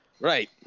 right